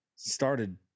started